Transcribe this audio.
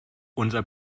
unser